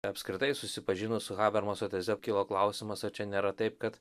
apskritai susipažinus su habermaso teze kilo klausimas ar čia nėra taip kad